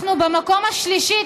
אנחנו במקום השלישי.